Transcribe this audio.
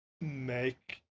make